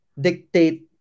dictate